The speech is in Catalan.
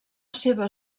seva